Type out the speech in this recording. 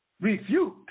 refute